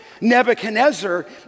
Nebuchadnezzar